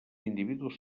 individus